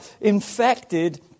infected